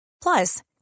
Plus